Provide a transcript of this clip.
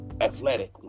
athletic